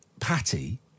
Patty